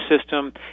system